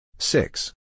Six